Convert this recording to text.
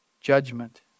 judgment